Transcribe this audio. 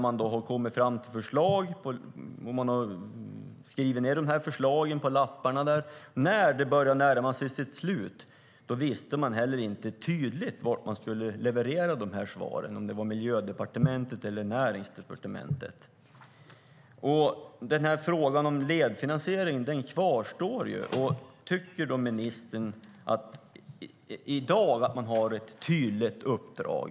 Man har kommit fram till förslag, men när uppdraget började närma sig sitt slut visste man inte tydligt vart man skulle leverera svaren - om det var till Miljödepartementet eller Näringsdepartementet. Frågan om ledfinansiering kvarstår. Tycker ministern att rådet i dag har ett tydligt uppdrag?